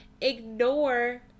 ignore